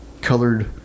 colored